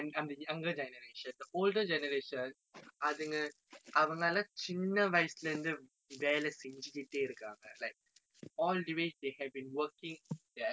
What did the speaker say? அவங்க எல்லாம் சின்ன வயசுலே இருந்து வேலை செஞ்சிக்கிட்டே இருக்காங்கே:avanga ellaam chinna vayasule irunthe velai senchikite irukkaangae like all the way they have been working their asses out so when when we no longer need to work